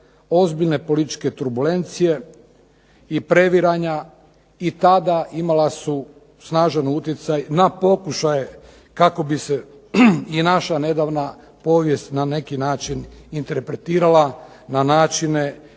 ozbiljne političke turbulencije i previranja i tada imala su snažan utjecaj na pokušaje kako bi se i naša nedavna povijest na neki način interpretirala na načine